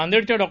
नांदेडच्याडॉ